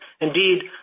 indeed